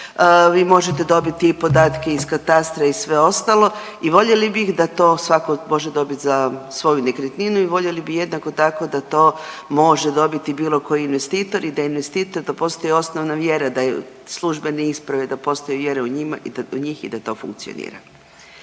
vi možete dobiti i podatke iz katastra i sve ostalo i voljeli bi da to svako može dobit za svoju nekretninu i voljeli bi jednako tako da to može dobiti bilo koji investitor i da investitor, da postoji osnovna vjera da je, službene isprave da postoji vjera u njima, u njih i da to funkcionira,